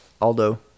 Aldo